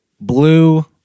blue